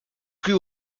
plus